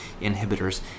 inhibitors